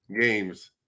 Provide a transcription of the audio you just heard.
games